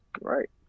Right